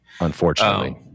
Unfortunately